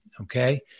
okay